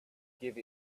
give